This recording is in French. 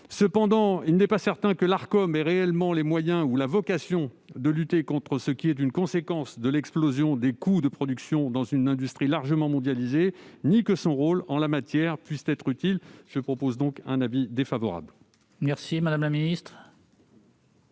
musiciens. Il n'est pas certain que l'Arcom ait réellement les moyens ou la vocation de lutter contre ce qui est une conséquence de l'explosion des coûts de production dans une industrie largement mondialisée, ni que son rôle en la matière puisse être utile. La commission a donc émis un avis défavorable. Quel est